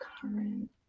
current